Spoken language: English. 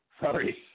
Sorry